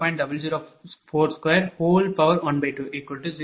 00620